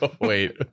Wait